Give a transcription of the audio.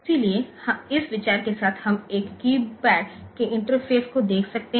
इसलिए इस विचार के साथ हम एक कीयपैड के इंटरफेस को देख सकते हैं